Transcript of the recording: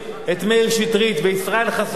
את מאיר שטרית וישראל חסון,